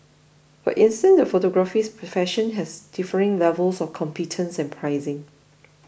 for instance the photography profession has differing levels of competence and pricing